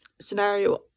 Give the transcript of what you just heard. scenario